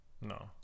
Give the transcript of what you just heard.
No